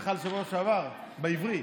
שחל בשבוע שעבר בעברי.